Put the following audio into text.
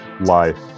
life